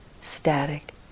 static